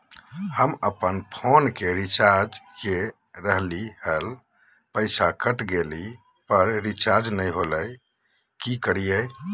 हम अपन फोन के रिचार्ज के रहलिय हल, पैसा कट गेलई, पर रिचार्ज नई होलई, का करियई?